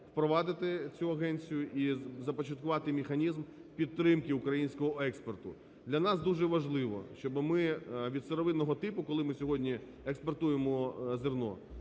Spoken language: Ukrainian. впровадити цю агенцію і започаткувати механізм підтримки українського експорту. Для нас дуже важливо, щоб ми від сировинного типу, коли ми сьогодні експортуємо зерно,